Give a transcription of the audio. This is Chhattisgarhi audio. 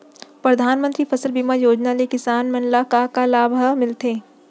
परधानमंतरी फसल बीमा योजना ले किसान मन ला का का लाभ ह मिलथे?